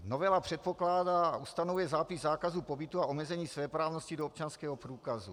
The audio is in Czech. Novela předpokládá a ustanovuje zápis zákazu pobytu a omezení svéprávnosti do občanského průkazu.